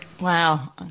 Wow